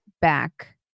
back